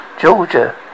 Georgia